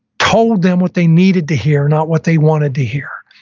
told them what they needed to hear, not what they wanted to hear.